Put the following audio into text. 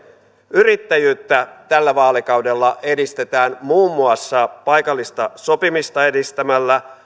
yrittäjyyttä tällä vaalikaudella edistetään muun muassa paikallista sopimista edistämällä